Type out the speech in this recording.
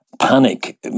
panic